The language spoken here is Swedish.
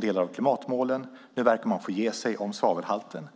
delar av klimatmålen. Nu verkar man få ge sig om svavelhalten.